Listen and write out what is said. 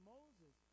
Moses